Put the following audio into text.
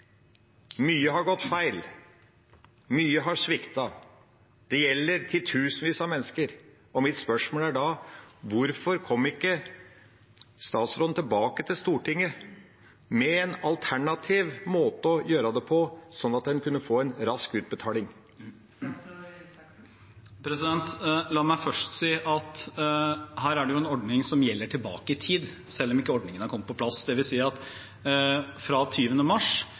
Mye har gått feil, mye har sviktet, det gjelder titusenvis av mennesker. Mitt spørsmål er da: Hvorfor kom ikke statsråden tilbake til Stortinget med en alternativ måte å gjøre det på, slik at en kunne få en rask utbetaling? La meg først si at her er det en ordning som gjelder tilbake i tid, selv om ordningen ikke er kommet på plass. Det vil si at fra